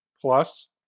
plus